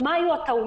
מה היו הטעויות,